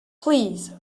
please